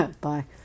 Bye